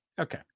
Okay